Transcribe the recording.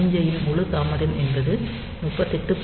சமிக்ஞையின் முழு தாமதம் என்பது 38